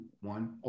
one